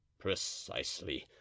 precisely